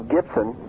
Gibson